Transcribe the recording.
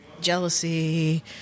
Jealousy